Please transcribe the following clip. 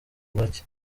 bake